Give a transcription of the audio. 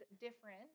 different